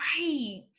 right